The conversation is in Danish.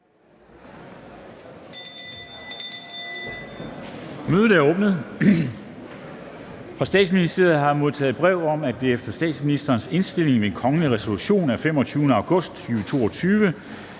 Mødet er åbnet. Fra Statsministeriet har jeg modtaget brev om, at det efter statsministerens indstilling ved kongelig resolution af 25. august 2022